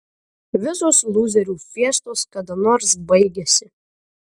visos lūzerių fiestos kada nors baigiasi